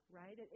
right